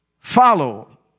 follow